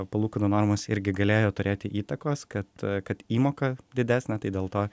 palūkanų normos irgi galėjo turėti įtakos kad įmoka didesnė tai dėl to